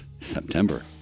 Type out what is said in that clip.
September